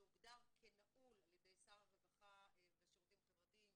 שהוגדר כנעול על ידי שר הרווחה והשירותים החברתיים